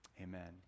Amen